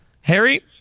Harry